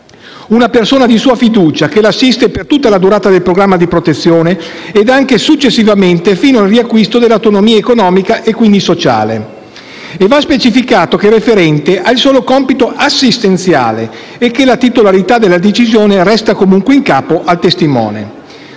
una persona di sua fiducia che l'assiste per tutta la durata del programma di protezione e anche successivamente fino al riacquisto dell'autonomia economica e quindi sociale. Va specificato che il referente ha compito esclusivamente assistenziale e che la titolarità della decisione resta comunque in capo al testimone.